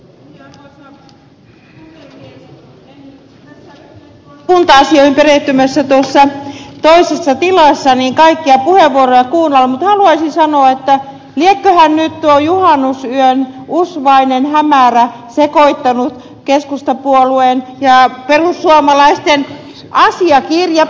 en tässä ehtinyt kun olin kunta asioihin perehtymässä tuossa toisessa tilassa kaikkia puheenvuoroja kuunnella mutta haluaisin sanoa että lieköhän nyt tuo juhannusyön usvainen hämärä sekoittanut keskustapuolueen ja perussuomalaisten asiakirjapinon